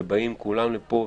ובאים כולם לפה.